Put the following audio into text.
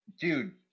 dude